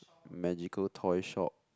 magical toy shop